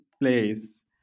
place